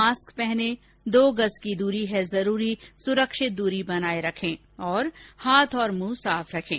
mask पहनें दो गज़ की दूरी है जरूरी सुरक्षित दूरी बनाए रखें हाथ और मुंह साफ रखें